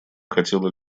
хотела